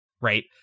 right